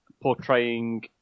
portraying